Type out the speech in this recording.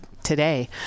today